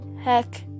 heck